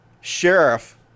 sheriff